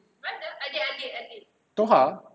tohar